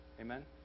Amen